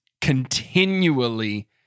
continually